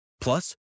Plus